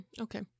Okay